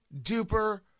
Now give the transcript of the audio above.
duper